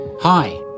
Hi